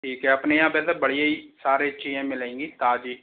जी ठीक है अपने यहाँ वैसे बढ़िया ही सारे चीज़ें मिलेंगी ताजी